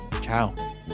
Ciao